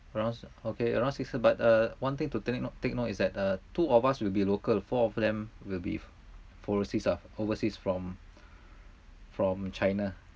around okay around six uh but uh one thing to turn it note take note is that uh two of us will be local four of them will be from overseass ah overseass from from china